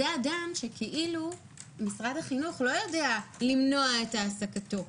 זה אדם שכאילו משרד החינוך לא יודע למנוע את העסקתו,